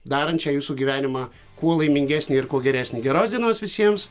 darančią jūsų gyvenimą kuo laimingesnį ir kuo geresnį geros dienos visiems